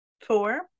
four